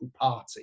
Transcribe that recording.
party